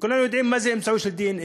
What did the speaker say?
וכולם יודעים מה זה אמצעי של דנ"א.